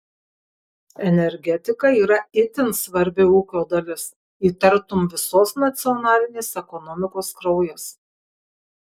energetika yra itin svarbi ūkio dalis ji tartum visos nacionalinės ekonomikos kraujas